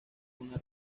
una